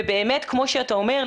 ובאמת כמו שאתה אומר,